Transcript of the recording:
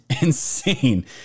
insane